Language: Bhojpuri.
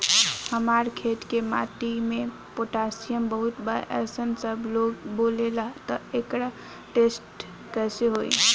हमार खेत के माटी मे पोटासियम बहुत बा ऐसन सबलोग बोलेला त एकर टेस्ट कैसे होई?